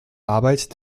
arbeit